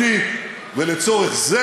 להפיל אותי ואת ממשלת הליכוד בראשותי, ולצורך זה